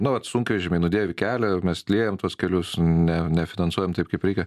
nu vat sunkvežimiai nudėvi kelią mes liejam tuos kelius ne nefinansuojam taip kaip reikia